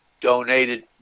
donated